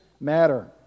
matter